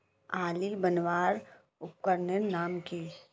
आली बनवार उपकरनेर नाम की?